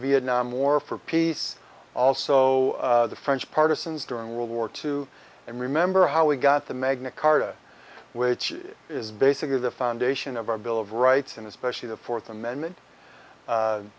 vietnam war for peace also the french partisans during world war two and remember how we got the magna carta which is basically the foundation of our bill of rights and especially the fourth amendment